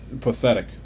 Pathetic